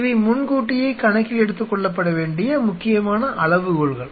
இவை முன்கூட்டியே கணக்கில் எடுத்துக்கொள்ளப்பட வேண்டிய முக்கியமான அளவுகோல்கள்